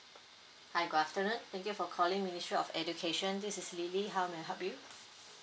hi good afternoon thank you for calling ministry of education this is lily how may I help you